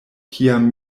kiam